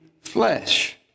flesh